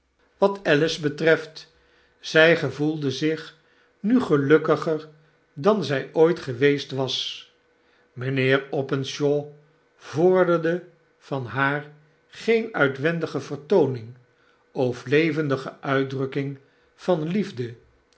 wat alice betreft zy gevoelde zich nu gelukkiger dan zy ooit geweest was mynheer openshaw vorderde van haar geen uitwendige vertooning of levendige uitdrukking van liefde